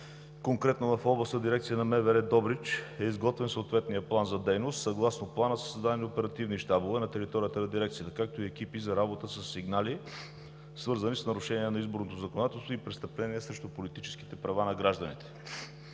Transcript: конкретно в Областна дирекция МВР – Добрич, е изготвен съответен план за дейност и съгласно плана са създадени оперативни щабове на територията на Дирекцията, както и екипи за работа със сигнали, свързани с нарушение на изборното законодателство и престъпление срещу политическите права на гражданите.